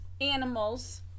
animals